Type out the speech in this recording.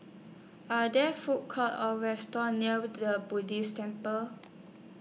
Are There Food Courts Or restaurants near Buddhist Temple